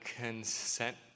consent